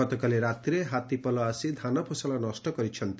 ଗତକାଲି ରାତିରେ ହାତୀପଲ ଆସି ଧାନ ଫସଲ ନଷ୍ କରିଛନ୍ତି